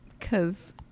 Cause